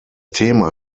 thema